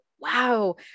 wow